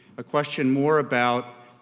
a question more about